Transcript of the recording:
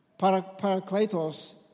Paracletos